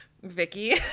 Vicky